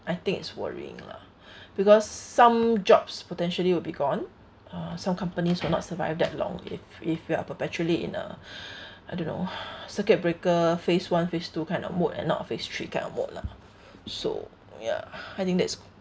I think it's worrying lah because some jobs potentially will be gone uh some companies will not survive that long if if you are perpetually in a I don't know circuit breaker phase one phase two kind of mode and not a phase three kind of mode lah so ya I think that's